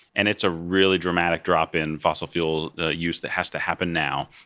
and it's a really dramatic drop in fossil fuel use that has to happen now.